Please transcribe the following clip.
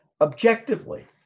objectively